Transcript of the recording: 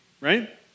Right